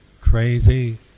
crazy